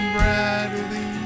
Bradley